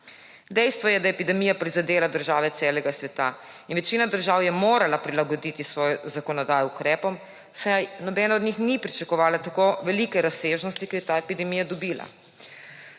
Dejstvo je, da je epidemija prizadela države celega sveta in večina držav je morala prilagoditi svojo zakonodajo ukrepom, saj nobena od njih ni pričakovala tako velike razsežnosti, ki jo je ta epidemija dobila.